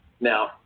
Now